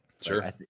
Sure